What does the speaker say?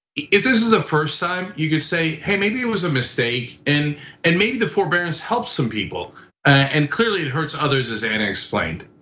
this is the first time you could say, hey maybe it was a mistake and and maybe the forbearance helps some people and clearly it hurts others as anna explained.